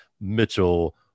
Mitchell